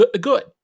good